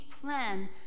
plan